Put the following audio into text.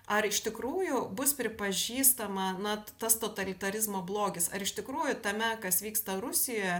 ar iš tikrųjų bus pripažįstama na tas totalitarizmo blogis ar iš tikrųjų tame kas vyksta rusijoje